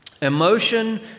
Emotion